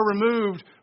removed